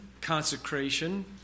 consecration